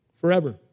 forever